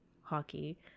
hockey